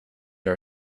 our